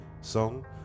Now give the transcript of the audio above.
song